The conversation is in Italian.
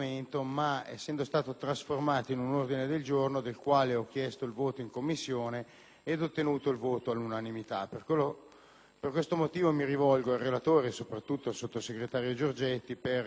Per questo motivo, mi rivolgo al relatore, e soprattutto al sottosegretario Giorgetti, per caldeggiare nuovamente la possibilità che questo emendamento venga accolto. L'emendamento 35.0.7